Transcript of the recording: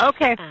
Okay